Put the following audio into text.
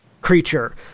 creature